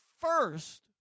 first